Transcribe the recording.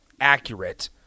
accurate